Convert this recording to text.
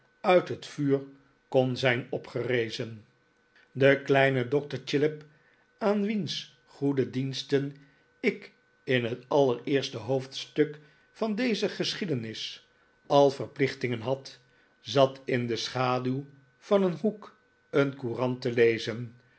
uit het vuur kon zijn opgerezen de kleine dokter chillip aan wiens goede diensten ik in het allereerste hoofdstuk van deze geschiedenis al verplichtingen had zat in de schaduw van een hoek een courant te lezen